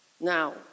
Now